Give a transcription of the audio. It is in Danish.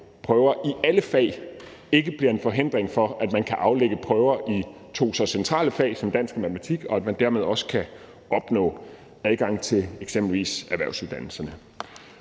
prøver i alle fag, ikke bliver en forhindring for, at man kan aflægge prøver i to så centrale fag som dansk og matematik, og at man dermed også kan opnå adgang til eksempelvis erhvervsuddannelserne.